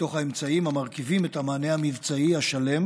מתוך האמצעים המרכיבים את המענה המבצעי השלם